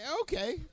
Okay